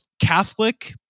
Catholic